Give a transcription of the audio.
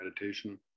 meditation